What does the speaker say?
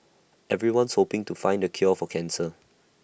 everyone's hoping to find the cure for cancer